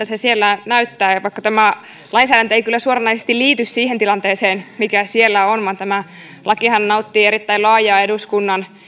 se siellä näyttää vaikka tämä lainsäädäntö ei kyllä suoranaisesti liity siihen tilanteeseen mikä siellä on vaan tämä lakihan nauttii erittäin laajaa eduskunnan